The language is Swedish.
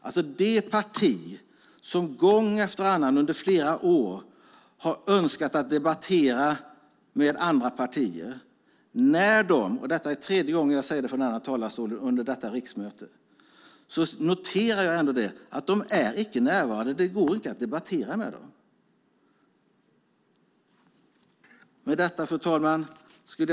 Det parti som i flera år gång efter annan önskat få debattera med andra partier - det är tredje gången under detta riksmöte som jag säger det från denna talarstol - är alltså inte närvarande, så det går inte att debattera med dem.